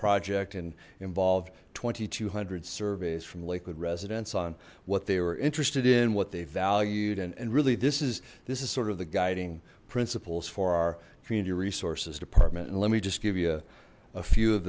project and involved two thousand two hundred surveys from lakewood residents on what they were interested in what they valued and really this is this is sort of the guiding principles for our community resources department and let me just give you a few of